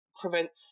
prevents